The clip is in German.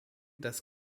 dass